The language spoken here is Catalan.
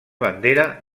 bandera